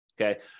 okay